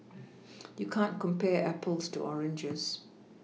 you can't compare Apples to oranges